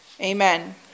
Amen